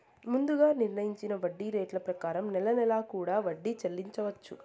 ముందుగా నిర్ణయించిన వడ్డీ రేట్ల ప్రకారం నెల నెలా కూడా వడ్డీ చెల్లించవచ్చు